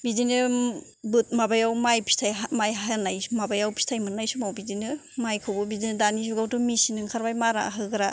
बिदिनो माबायाव माय फिथाय माय हानाय माबायाव फिथाय मोननाय समाव बिदिनो मायखौबो बिदिनो दानि जुगावथ' मिसिन ओंखारबाय मारा होग्रा